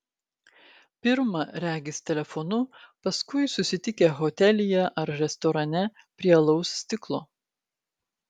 pirma regis telefonu paskui susitikę hotelyje ar restorane prie alaus stiklo